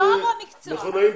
תואר ומקצוע.